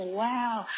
wow